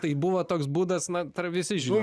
tai buvo toks būdas na trą visi žino